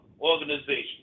organization